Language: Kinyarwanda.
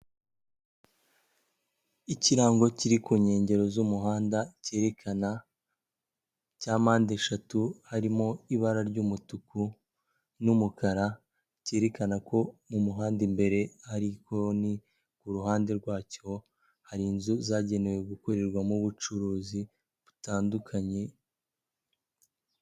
Ikirango kiri ku nkengero z'umuhanda, cyerekana, cya mpandeshatu, harimo ibara ry'umutuku n'umukara, cyerekana ko mu muhanda imbere hari ikoni, ku ruhande rwacyo hari inzu zagenewe gukorerwamo ubucuruzi butandukanye.